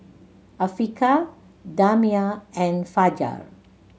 Afiqah Damia and Fajar